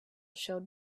showed